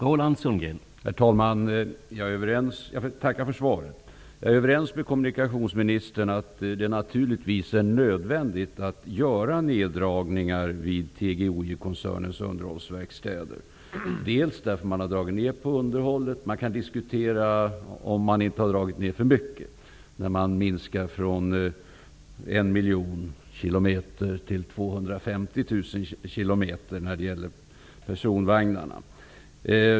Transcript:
Herr talman! Jag får tacka för svaret. Jag är överens med kommunikationsministern om att det naturligtvis är nödvändigt att göra neddragningar vid TGOJ-koncernens underhållsverkstäder, delvis beroende på att man har dragit ner på underhållet. Det kan diskuteras om man inte har dragit ner för mycket när man har ändrat från 1 miljon kilometer till 250 000 kilometer i fråga om personvagnar.